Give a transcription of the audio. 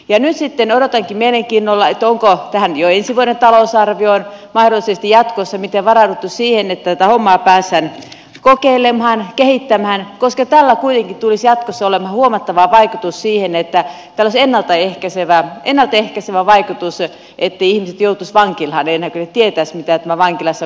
ja nyt sitten odotankin mielenkiinnolla onko mahdollisesti jo tähän ensi vuoden talousarvioon jatkossa miten varauduttu siihen että tätä hommaa päästään kokeilemaan kehittämään koska tällä kuitenkin tulisi jatkossa olemaan huomattava ennalta ehkäisevä vaikutus etteivät ihmiset joutuisi vankilaan enää kun he tietäisivät mitä tämä kokeilukäynti vankilassa on